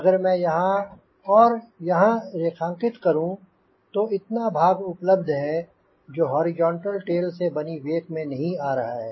अगर मैं यहाँ और यहाँ रेखांकित करूँ तो इतना भाग उपलब्ध है जो हॉरिजॉन्टल टेल से बनी वेक में नहीं आ रहा है